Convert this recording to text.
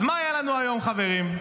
אז מה היה לנו היום, חברים?